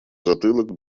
затылок